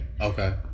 Okay